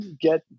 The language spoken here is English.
get